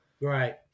Right